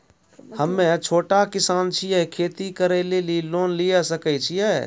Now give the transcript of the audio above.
हम्मे छोटा किसान छियै, खेती करे लेली लोन लिये सकय छियै?